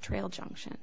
trail junction